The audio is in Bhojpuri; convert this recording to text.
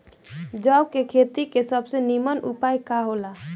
जौ के खेती के सबसे नीमन उपाय का हो ला?